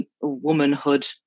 womanhood